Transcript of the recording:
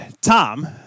Tom